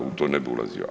U to ne bih ulazio.